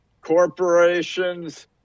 corporations